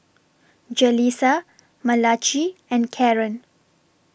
Jaleesa Malachi and Karren